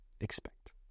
expect